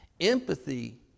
Empathy